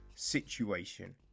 situation